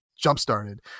jump-started